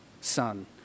son